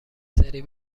سری